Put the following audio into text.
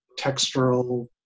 textural